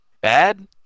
bad